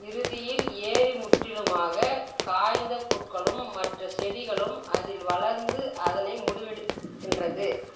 இறுதியில் ஏரி முற்றிலுமாக காய்ந்த புற்களும் மற்ற செடிகளும் அதில் வளர்ந்து அதனை முடிவெடுக்கின்றது